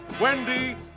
Wendy